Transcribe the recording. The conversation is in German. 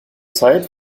zeit